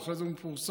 ואחרי זה הוא מפורסם